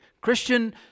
Christian